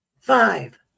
Five